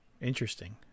interesting